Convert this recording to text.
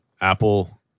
Apple